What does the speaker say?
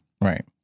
Right